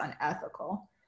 unethical